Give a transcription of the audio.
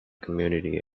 community